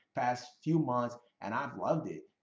past few months, and i've loved it.